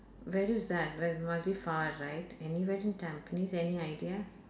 where is that whe~ must be far right anywhere in tampines any idea